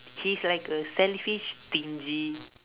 he's like a selfish stingy